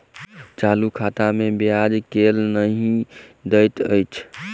चालू खाता मे ब्याज केल नहि दैत अछि